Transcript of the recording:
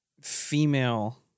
female